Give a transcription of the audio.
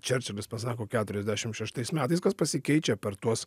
čerčilis pasako keturiasdešimt šeštais metais kas pasikeičia per tuos